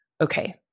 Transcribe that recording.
okay